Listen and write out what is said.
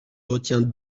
retiens